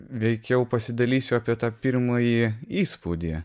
veikiau pasidalysiu apie tą pirmąjį įspūdį